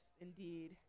indeed